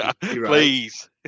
Please